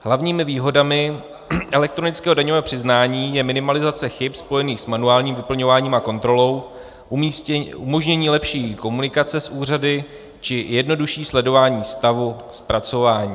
Hlavními výhodami elektronického daňového přiznání je minimalizace chyb spojených s manuálním vyplňováním a kontrolou, umožnění lepší komunikace s úřady či jednodušší sledování stavu zpracování.